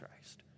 Christ